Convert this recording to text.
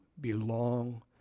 belong